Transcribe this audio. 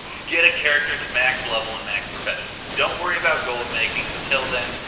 get a character to max level and max professions. don't worry about goldmaking until then.